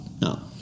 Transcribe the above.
No